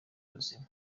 ubuzima